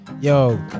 Yo